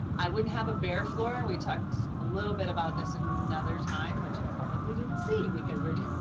i wouldn't have a bare floor. we talked a little bit about this another time. which you probably didn't see. because we're